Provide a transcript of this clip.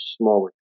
smaller